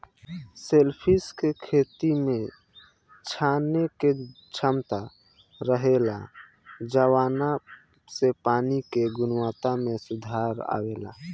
shellfish के खेती में छाने के क्षमता रहेला जवना से पानी के गुणवक्ता में सुधार अवेला